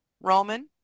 Roman